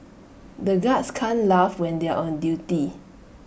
the guards can't laugh when they are on duty